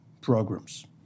programs